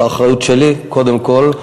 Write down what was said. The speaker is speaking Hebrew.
זאת האחריות שלי, קודם כול,